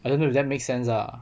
I don't know if that makes sense lah